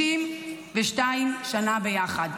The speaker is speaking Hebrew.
62 שנה ביחד.